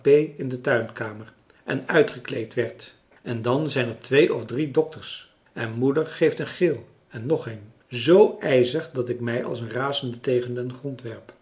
in de tuinkamer en uitgekleed werd en dan zijn er twee of drie dokters en moeder geeft een gil en ng een z ijzig dat ik mij als een razende tegen den grond